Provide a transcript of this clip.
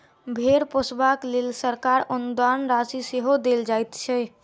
भेंड़ पोसबाक लेल सरकार अनुदान राशि सेहो देल जाइत छै